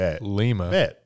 Lima